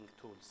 tools